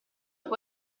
può